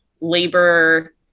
labor